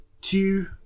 two